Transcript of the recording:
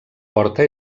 porta